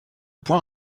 point